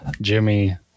Jimmy